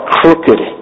crooked